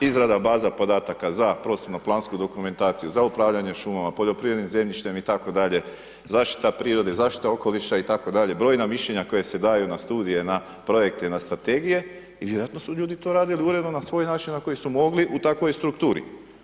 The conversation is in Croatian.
Izrada baza podataka za prostornoplansku dokumentaciju, za upravljanje šumama, poljoprivrednim zemljištem itd., zaštita prirode, zaštita okoliša itd., brojna mišljenja koja se daju na studije, na projekte, na strategije i vjerojatno su ljudi to radili uredno na svoj način na koji su mogli u takvoj strukturi.